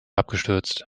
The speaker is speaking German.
abgestürzt